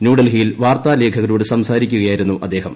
ന്യൂഡൽഹിയിൽ വാർത്താലേഖകരോട് സംസാരിക്കുകയായിരുന്നു അദ്ദേഹം